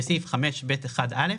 בסעיף 5(ב)(1א),